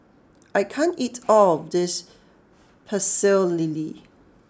I can't eat all of this Pecel Lele